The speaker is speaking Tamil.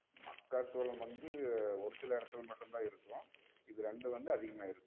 மக்காச்சோளம் வந்து ஒரு சில இடத்துல மட்டுந்தான் இருக்கும் இது ரெண்டும் வந்து அதிகமாக இருக்குது